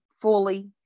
Fully